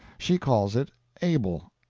she calls it abel.